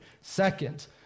Second